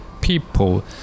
people